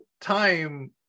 time